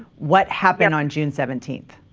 what happened on june seventeenth